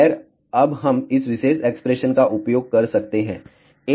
खैर अब हम इस विशेष एक्सप्रेशन का उपयोग कर सकते हैं